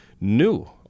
new